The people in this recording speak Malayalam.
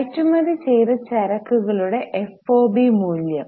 കയറ്റുമതി ചെയ്ത ചരക്കുകളുടെ FOB മൂല്യം